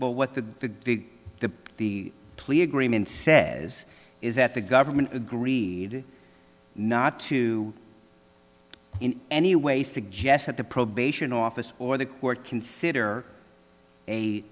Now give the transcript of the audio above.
but what the big the the plea agreement says is that the government agreed not to in any way suggest that the probation officer or the court consider a